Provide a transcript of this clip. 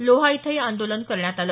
लोहा इथंही आंदोलन करण्यात आलं